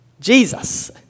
Jesus